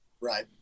right